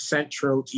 Central